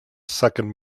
second